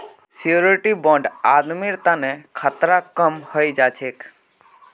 surety bond आदमीर तना खतरा कम हई जा छेक